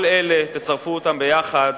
כל אלה תצרפו ביחד,